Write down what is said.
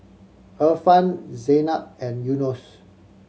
Irfan Zaynab and Yunos